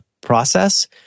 process